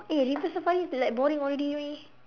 eh river-safari like boring already leh